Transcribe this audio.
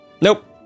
Nope